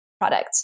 product